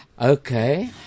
Okay